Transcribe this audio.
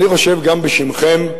אני חושב גם בשמכם,